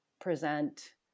present